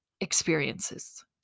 experiences